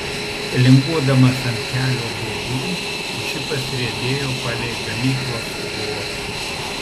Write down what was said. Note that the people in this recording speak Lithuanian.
linguodamas ant kelio duobių džipas riedėjo palei gamyklos tvorą